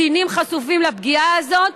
קטינים חשופים לפגיעה הזאת,